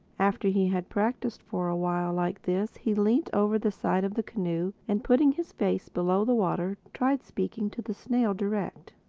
after he had practised for a while like this he leant over the side of the canoe and putting his face below the water, tried speaking to the snail direct.